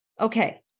Okay